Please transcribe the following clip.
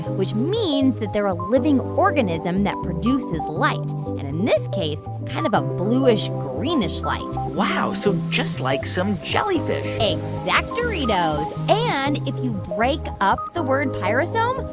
which means that they're a living organism that produces light and in this case, kind of a bluish-greenish bluish-greenish light wow so just like some jellyfish exactoritos. and if you break up the word pyrosome,